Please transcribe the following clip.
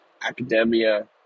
academia